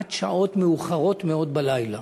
עד שעות מאוחרות מאוד בלילה,